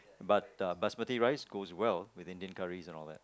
but uh basmati rice goes well with Indian curries and all that